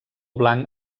blanc